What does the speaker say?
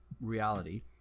reality